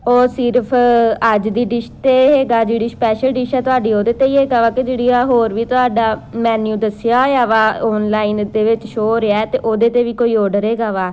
ਉਹ ਸਿਰਫ਼ ਅੱਜ ਦੀ ਡਿਸ਼ 'ਤੇ ਹੈਗਾ ਜਿਹੜੀ ਸ਼ਪੈਸਲ ਡਿਸ਼ ਹੈ ਤੁਹਾਡੀ ਹੈ ਉਹਦੇ 'ਤੇ ਹੀ ਹੈਗਾ ਵਾ ਕਿ ਜਿਹੜੀ ਆ ਹੋਰ ਵੀ ਤੁਹਾਡਾ ਮੈਨਿਊ ਦੱਸਿਆ ਹੋਇਆ ਵਾ ਔਨਲਾਈਨ ਦੇ ਵਿੱਚ ਸ਼ੋ ਹੋ ਰਿਹਾ ਅਤੇ ਉਹਦੇ 'ਤੇ ਵੀ ਕੋਈ ਔਡਰ ਹੈਗਾ ਵਾ